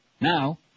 Now